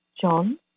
John